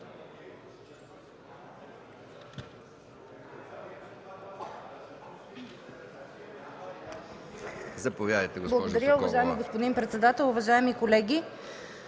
Благодаря Ви. Уважаеми господин председател, уважаеми колеги!